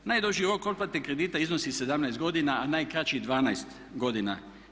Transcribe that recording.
Najduži rok otplate kredita iznosi 17 godina, a najkraći 12 godina.